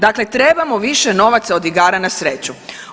Dakle, trebamo više novaca od igara na sreću.